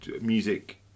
music